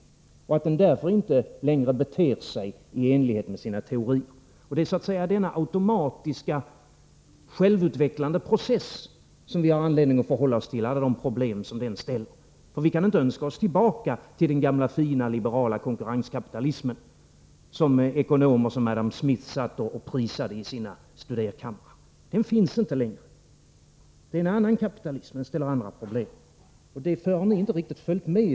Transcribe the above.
Därför beter den sig inte längre i enlighet med sina teorier. Vi har anledning att förhålla oss till alla de problem som denna automatiska, självutvecklande process medför. Vi kan inte önska oss tillbaka till den gamla, fina liberala konkurrenskapitalismen, som ekonomer som Adam Smith satt i sina studerkammare och prisade. Den finns inte längre. Vi har nu en annan kapitalism, och den uppställer andra problem. Det tycks mig som om ni inte riktigt följt med.